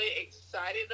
excited